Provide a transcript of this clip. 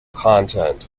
content